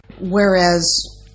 Whereas